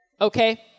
Okay